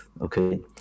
okay